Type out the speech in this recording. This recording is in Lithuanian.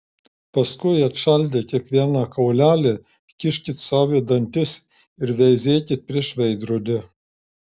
paskui atšaldę kiekvieną kaulelį kiškit sau į dantis ir veizėkit prieš veidrodį